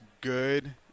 good